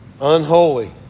Unholy